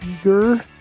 Eager